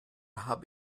habe